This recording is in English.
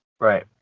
Right